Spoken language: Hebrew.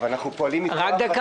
אבל אנחנו פועלים מכוח המליאה.